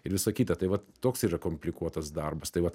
ir visa kita tai vat toks yra komplikuotas darbas tai vat